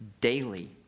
daily